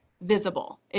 visible